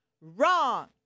Wrong